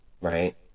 right